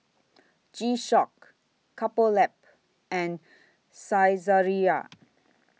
G Shock Couple Lab and Saizeriya